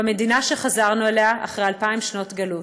במדינה שחזרנו אליה אחרי אלפיים שנות גלות.